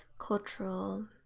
cultural